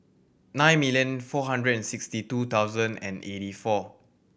nine million four hundred and sixty two thousand and eighty four